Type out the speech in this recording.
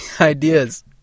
ideas